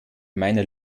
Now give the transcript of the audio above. meiner